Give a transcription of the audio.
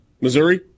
Missouri